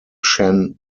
shan